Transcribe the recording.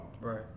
Right